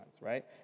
right